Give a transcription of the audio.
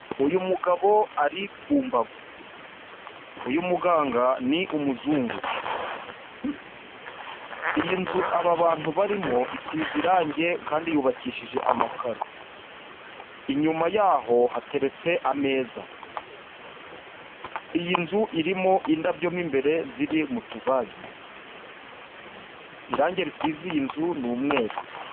Uyu mugabo ari ku mbago, uyu muganga ni umuzungu, iyi nzu aba bantu barimo isize irange kandi yubakishije amakaro, inyuma yaho hateretse ameza, iyi nzu irimo indabyo mu imbere ziri mu tuvaze, irange risize iyi nzu ni umweru.